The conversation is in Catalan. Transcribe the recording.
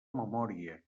memòria